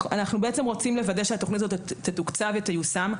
אנחנו בעצם רוצים לוודא שהתוכנית הזאת תתוקצב ותיושם.